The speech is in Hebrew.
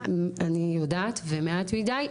אני יודעת ומעט מדי.